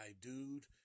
dude